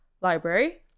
library